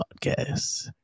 Podcast